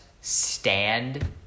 stand